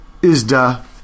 Isda